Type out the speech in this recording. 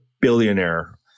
billionaire